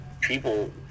People